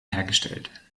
hergestellt